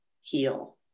heal